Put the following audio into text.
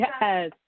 Yes